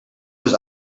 was